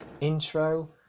intro